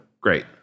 great